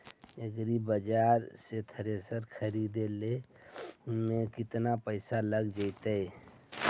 एग्रिबाजार से थ्रेसर खरिदे में केतना पैसा लग जितै?